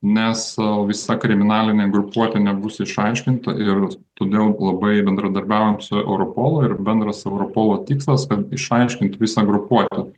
nes visa kriminalinė grupuotė nebus išaiškinta ir todėl labai bendradarbiaujam su europolu ir bendras europolo tikslas išaiškint visą grupuotę